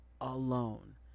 alone